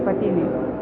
પતિને